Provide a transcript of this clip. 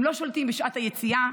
הם לא שולטים בשעת היציאה,